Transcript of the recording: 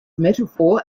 metaphor